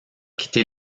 quitté